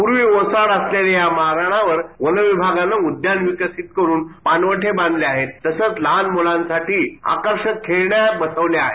पूर्वी ओसाड असलेल्या या माळरानावर वन विभागानं उद्यान विकसीत करून पाणवठे बांधले आहेत तसच लहान मुलांसाठी आकर्षक खेळण्या बसवल्या आहेत